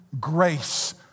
grace